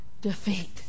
defeat